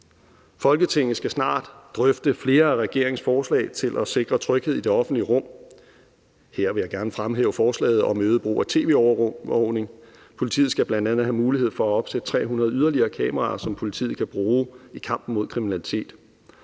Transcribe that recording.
Folketinget skal snart drøfte flere af regeringens forslag til at sikre tryghed i det offentlige rum. Her vil jeg gerne fremhæve forslaget om øget brug af tv-overvågning. Politiet skal bl.a. have mulighed for at opsætte yderligere 300 kameraer, som politiet kan bruge i kampen mod kriminalitet.